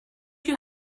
you